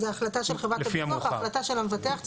זו החלטה של חברת הביטוח או החלטה של המבטח?